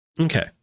Okay